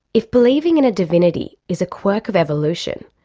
if believing in a divinity is a quirk of evolution,